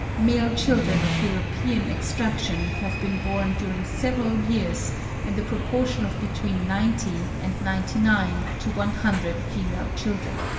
male children of european extraction have been born during several years in the proportion of between ninety and ninety nine to one hundred female children.